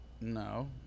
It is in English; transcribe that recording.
no